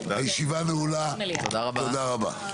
הישיבה נעולה, תודה רבה.